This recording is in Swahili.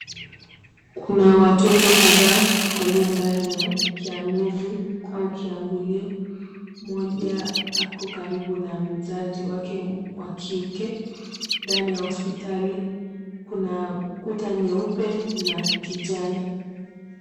Kuna watoto kadhaa walio ndani ya kiamizi au kiangulio. Mmoja ako karibu na mzazi wake wa kike, ndani ya hospitali. Kuna kuta nyeupe na kijani.